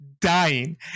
dying